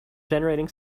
generating